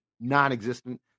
non-existent